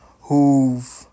who've